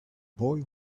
boy